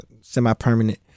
semi-permanent